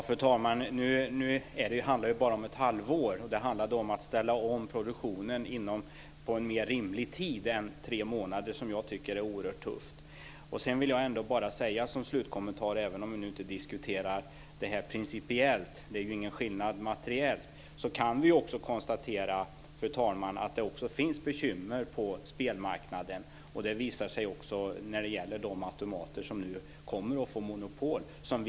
Fru talman! Nu handlar det bara om ett halvår. Det handlar om att ställa om produktionen på en mer rimlig tid än tre månader, som jag tycker är oerhört tufft. Som en slutkommentar vill jag säga - även om vi nu inte diskuterar det här principiellt, det inte är någon skillnad materiellt - att det finns bekymmer på spelmarknaden. Det visar sig också när det gäller de automater som man kommer att få monopol på.